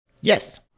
Yes